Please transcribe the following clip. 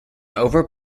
over